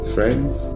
Friends